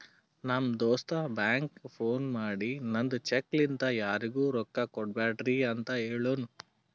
ನಮ್ ದೋಸ್ತ ಬ್ಯಾಂಕ್ಗ ಫೋನ್ ಮಾಡಿ ನಂದ್ ಚೆಕ್ ಲಿಂತಾ ಯಾರಿಗೂ ರೊಕ್ಕಾ ಕೊಡ್ಬ್ಯಾಡ್ರಿ ಅಂತ್ ಹೆಳುನೂ